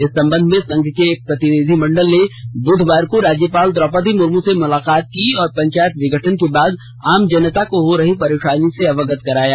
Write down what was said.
इस संबंध में संघ के एक प्रतिनिधिमंडल ने बुधवार को राज्यपाल द्रोपदी मुर्मू से मुलाकात की और पंचायत विघटन के बाद आम जनता को हो रही परेशानी से अवगत कराया